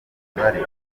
imibare